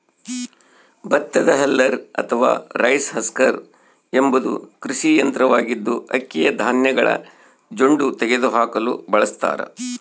ಭತ್ತದ ಹಲ್ಲರ್ ಅಥವಾ rice husker ಎಂಬುದು ಕೃಷಿ ಯಂತ್ರವಾಗಿದ್ದು, ಅಕ್ಕಿಯ ಧಾನ್ಯಗಳ ಜೊಂಡು ತೆಗೆದುಹಾಕಲು ಬಳಸತಾರ